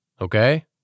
okay